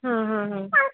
हाँ हाँ हाँ